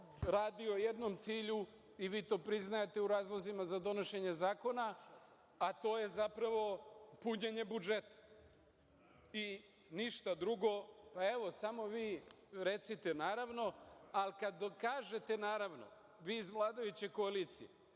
radi o jednom cilju i vi to priznajete u razlozima za donošenje zakona, a to je zapravo punjenje budžeta i ništa drugo, a evo, samo vi recite, naravno, ali kada dokažete, naravno, vi iz vladajuće koalicije.